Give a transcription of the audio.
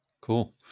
Cool